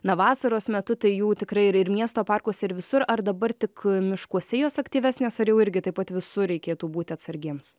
na vasaros metu tai jų tikrai yra ir miesto parkuose ir visur ar dabar tik miškuose jos aktyvesnės ar jau irgi taip pat visur reikėtų būti atsargiems